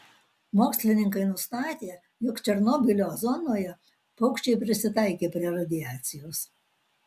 mokslininkai nustatė jog černobylio zonoje paukščiai prisitaikė prie radiacijos